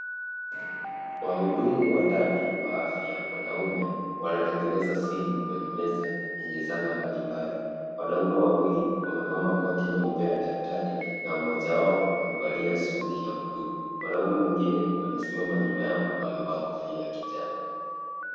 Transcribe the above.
Wahudumu watatu wa afya wanaume wanatengeneza simu kwenye meza yenye zana mbalimbali. Wanaume wawili wamevaa makoti mawili ya daktari na mmoja wao amevalia suti ya buluu. Mwanaume mwingine amesimama nyuma yao amevaa kofia ya kijani.